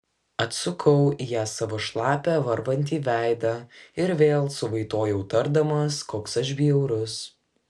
atsukau į ją savo šlapią varvantį veidą ir vėl suvaitojau tardamas koks aš bjaurus